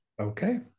Okay